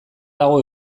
dago